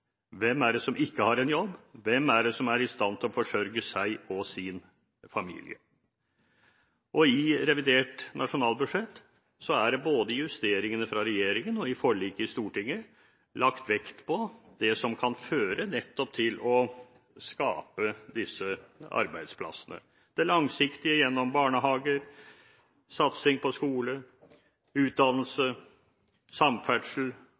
Hvem er det som ikke har en jobb? Hvem er det som er i stand til å forsørge seg og sin familie? I revidert nasjonalbudsjett er det både i justeringene fra regjeringen og i forliket i Stortinget lagt vekt på det som nettopp kan føre til å skape disse arbeidsplassene, det langsiktige – gjennom barnehager, gjennom satsing på skole, utdannelse, samferdsel